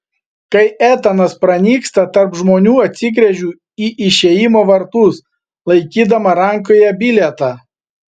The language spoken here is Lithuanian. kai etanas pranyksta tarp žmonių atsigręžiu į išėjimo vartus laikydama rankoje bilietą